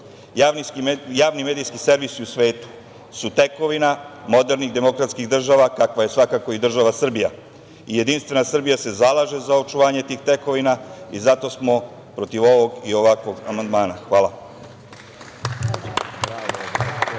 medijski servisi u svetu su tekovina modernih demokratskih država kakva je svakako i država Srbija. Jedinstvena Srbija se zalaže za očuvanje tih tekovina i zato smo protiv ovog i ovakvog amandmana. Hvala.